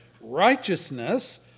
righteousness